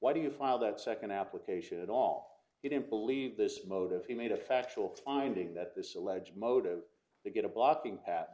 why do you file that second application at all he didn't believe this motive he made a factual finding that this alleged motive to get a blocking pat